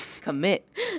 Commit